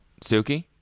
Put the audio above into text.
suki